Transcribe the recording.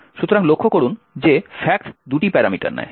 সুতরাং লক্ষ্য করুন যে fact দুটি প্যারামিটার নেয়